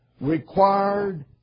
required